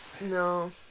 No